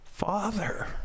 Father